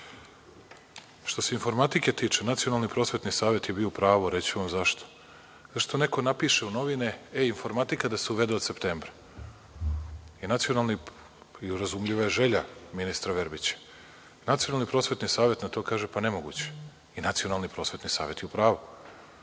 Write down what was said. se informatike tiče Nacionalni prosvetni savet je bio u pravu, reći ću vam zašto. Zato što neko napiše u novinama informatika da se uvede od septembra, i razumljiva je želja ministra Verbića. Nacionalni prosvetni savet na to kaže – pa, nemoguće i Nacionalni prosvetni savet je u pravu.